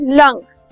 lungs